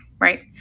Right